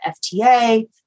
FTA